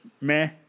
meh